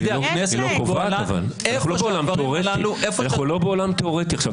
בידי הכנסת --- אנחנו לא בעולם תיאורטי עכשיו,